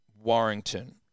Warrington